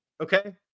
Okay